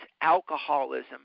alcoholism